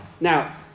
Now